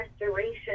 restoration